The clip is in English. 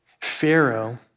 Pharaoh